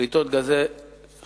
הפליטות של גזי החממה.